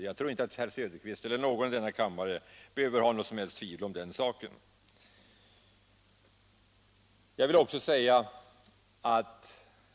Jag tror inte att herr Söderqvist eller någon annan i denna kammare behöver hysa några som helst tvivel om den saken.